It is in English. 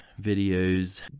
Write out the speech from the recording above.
videos